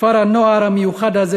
כפר הנוער המיוחד הזה,